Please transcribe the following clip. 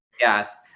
yes